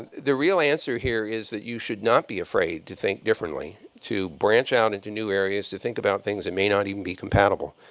the real answer here is that you should not be afraid to think differently, to branch out into new areas, to think about things that may not even be compatible.